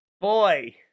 boy